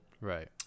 Right